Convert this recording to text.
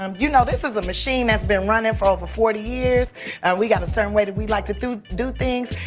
um you know, this is a machine that's been runnin' for over forty years, and we got a certain way that we like to do, do things.